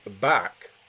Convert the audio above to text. back